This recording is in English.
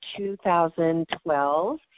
2012